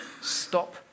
Stop